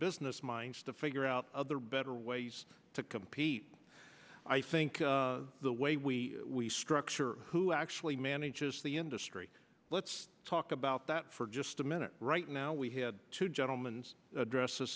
business minds to figure out better ways to compete i think the way we we structure who actually manages the industry let's talk about that for just a minute right now we had to gentlemens addresses